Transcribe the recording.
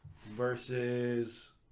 versus